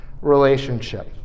relationship